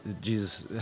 jesus